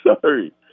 sorry